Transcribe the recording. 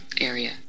area